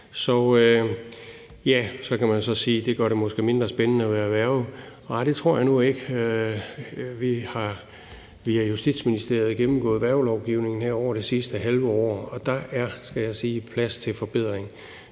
Man kan sige, at det så måske gør det mindre spændende at være værge, men det tror jeg nu ikke. Vi har via Justitsministeriet gennemgået værgelovgivningen her over det sidste halve år, og der skal jeg